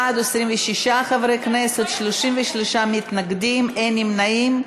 בעד, 26 חברי כנסת, 33 מתנגדים, אין נמנעים.